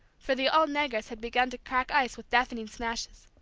for the old negress had begun to crack ice with deafening smashes.